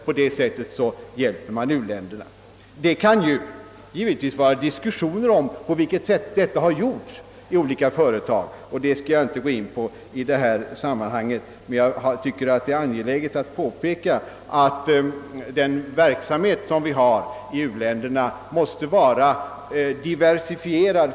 På det sättet hjälper man u-länderna. Man kan givetvis diskutera det sätt på vilket dessa uppgifter har genomförts av olika företag, men den saken skall jag inte gå in på i detta sammanhang. Jag tycker emellertid att det är angeläget att påpeka att den verksamhet som vi bedriver i u-länderna måste vara diversifierad.